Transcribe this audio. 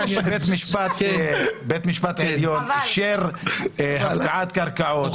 בית המשפט העליון אישר הפקעת קרקעות,